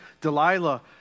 Delilah